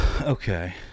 okay